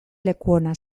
lekuona